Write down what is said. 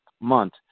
Month